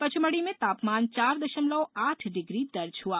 पचमड़ी में तापमान चार दशमलव आठ डिग्री दर्ज हआ